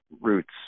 roots